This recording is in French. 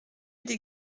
des